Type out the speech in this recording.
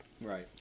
Right